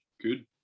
Good